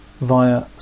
via